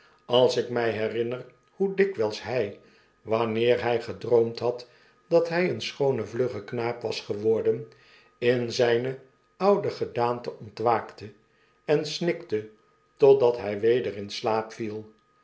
als ik mij herinner hoe dikwijls hij wanneer hij gedroomd had dat hij een schoone vlugge knaap was geworden in zijne oude gedaante ontwaakte en snikte totdat hij weder in slaap viel